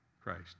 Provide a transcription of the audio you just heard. Christ